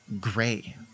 Gray